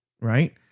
Right